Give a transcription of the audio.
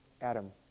Adam